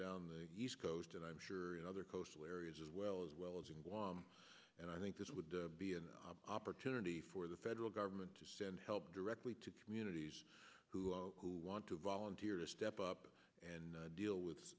down the east coast and i'm sure other coastal areas as well as well as in guam and i think this would be an opportunity for the federal government to send help directly to communities who who want to volunteer to step up and deal with